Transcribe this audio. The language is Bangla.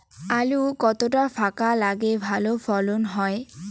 আলু কতটা ফাঁকা লাগে ভালো ফলন হয়?